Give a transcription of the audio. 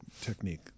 technique